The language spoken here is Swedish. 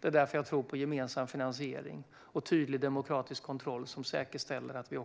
Det är därför jag tror på gemensam finansiering och en tydlig demokratisk kontroll som säkerställer att vi